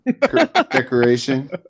decoration